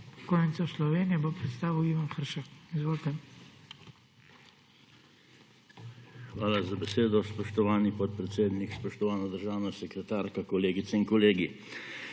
Hvala za besedo, spoštovani podpredsednik. Spoštovana državna sekretarka, kolegice in kolegi!